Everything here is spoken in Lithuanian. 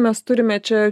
mes turime čia